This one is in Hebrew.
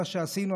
מה שעשינו.